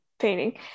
painting